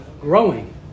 growing